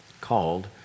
called